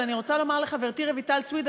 אבל אני רוצה לומר לחברתי רויטל סויד,